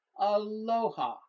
Aloha